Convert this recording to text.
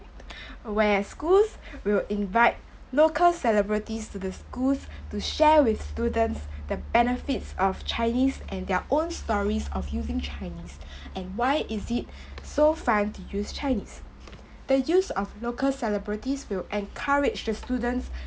where schools will invite local celebrities to the schools to share with students the benefits of chinese and their own stories of using chinese and why is it so fun to use chinese the use of local celebrities will encourage the students